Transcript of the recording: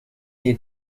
iyi